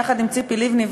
יחד עם ציפי לבני,